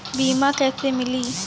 बीमा कैसे मिली?